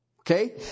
Okay